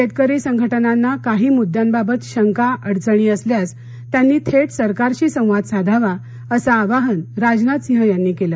शेतकरी संघटनांना काही मुद्द्यांबाबत शंका अडचणी असल्यास त्यांनी थेट सरकारशी संवाद साधावा असं आवाहन राजनाथसिंह यांनी केलं